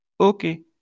okay